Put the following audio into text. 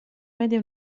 media